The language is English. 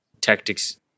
tactics